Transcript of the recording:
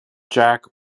jack